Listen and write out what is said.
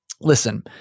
listen